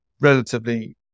relatively